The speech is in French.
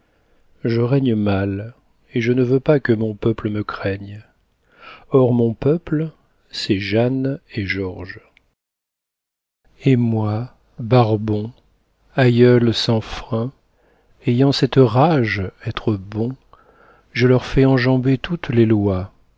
je règne mal et je ne veux pas que mon peuple me craigne or mon peuple c'est jeanne et george et moi barbon aïeul sans frein ayant cette rage être bon je leur fais enjamber toutes les lois